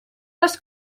les